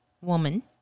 woman